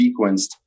sequenced